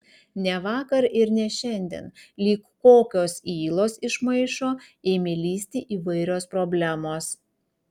ne vakar ir ne šiandien lyg kokios ylos iš maišo ėmė lįsti įvairios problemos